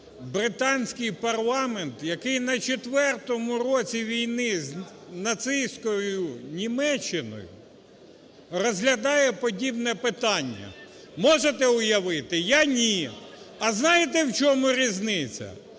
британський парламент, який на четвертому році війни з нацистською Німеччиною розглядає подібне питання. Можете уявити? Я – ні. А знаєте в чому різниця?